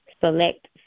select